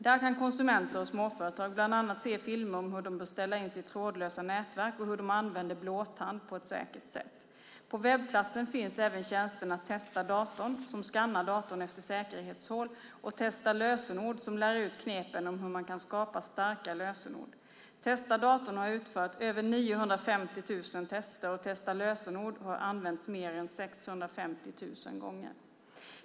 Där kan konsumenter och småföretag bland annat se filmer om hur de bör ställa in sitt trådlösa nätverk och hur de använder blåtand på ett säkert sätt. På webbplatsen finns även tjänsterna Testa datorn, som skannar datorn efter säkerhetshål, och Testa lösenord, som lär ut knepen om hur man kan skapa starka lösenord. Testa datorn har utfört över 950 000 tester, och Testa lösenord har använts mer än 650 000 gånger.